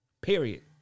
Period